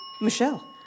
Michelle